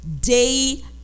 day